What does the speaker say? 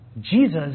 Jesus